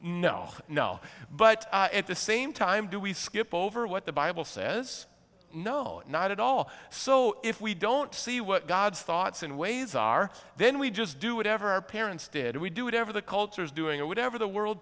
no no but at the same time do we skip over what the bible says no not at all so if we don't see what god's thoughts and ways are then we just do whatever our parents did we do whatever the culture's doing or whatever the world